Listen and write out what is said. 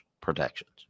protections